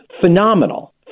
phenomenal